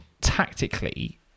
Tactically